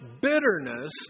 bitterness